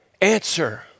answer